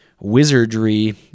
wizardry